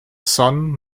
son